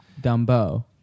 dumbo